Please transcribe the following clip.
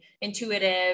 intuitive